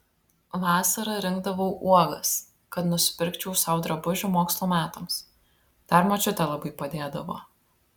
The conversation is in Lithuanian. vasara rinkdavau uogas kad nusipirkčiau sau drabužių mokslo metams dar močiutė labai padėdavo